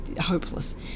hopeless